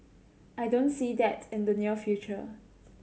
I don't see that in the near future